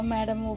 Madam